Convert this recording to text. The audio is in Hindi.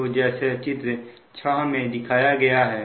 तो जैसा चित्र 6 में दिखाया गया है